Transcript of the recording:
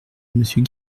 monsieur